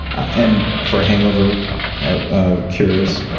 and for a hangover ah cures,